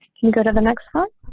you go to the next one.